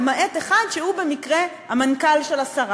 למעט אחד שהוא במקרה המנכ"ל של השרה.